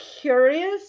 curious